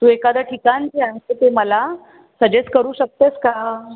तू एखादं ठिकाण छानपैकी मला सजेस्ट करू शकतेस का